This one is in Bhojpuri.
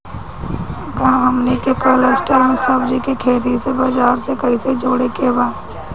का हमनी के कलस्टर में सब्जी के खेती से बाजार से कैसे जोड़ें के बा?